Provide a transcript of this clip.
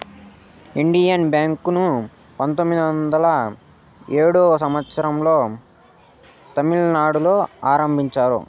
Indian bank ను పంతొమ్మిది వందల ఏడో సంవచ్చరం లో తమిళనాడులో ఆరంభించారు